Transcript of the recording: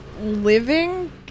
living